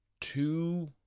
two